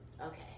Okay